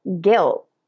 guilt